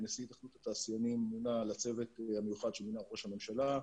נשיא התאחדות התעשיינים מונה לצוות המיוחד שמינה ראש הממשלה,